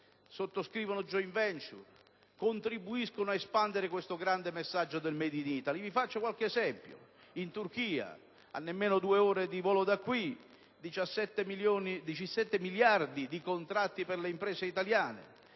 sottoscrivano *joint venture*, contribuiscono ad espandere questo grande messaggio del *made in Italy*. Vi faccio qualche esempio: in Turchia, a nemmeno due ore di volo da qui, si stimano contratti per 17 miliardi